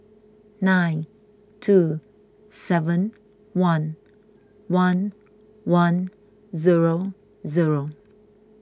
nine two seven one one one zero zero